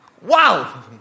Wow